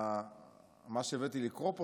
מה שהבאתי לקרוא פה,